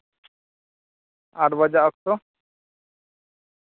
ᱟᱴ ᱵᱟᱡᱟᱜ ᱚᱠᱛᱚ